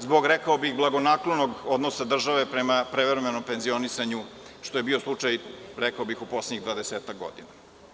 zbog rekao bih blagonaklonog odnosa države prema prevremenom penzionisanju, što je bio slučaj u poslednjih dvadesetak godina.